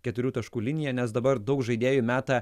keturių taškų liniją nes dabar daug žaidėjų meta